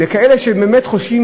לכאלה שבאמת חושבים,